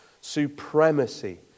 supremacy